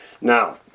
Now